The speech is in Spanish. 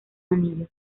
anillos